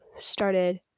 started